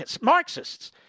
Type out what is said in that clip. Marxists